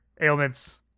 ailments